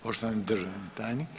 Poštovani državni tajnik.